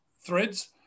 threads